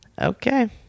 okay